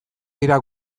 dira